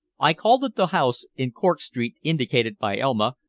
i called at the house in cork street indicated by elma,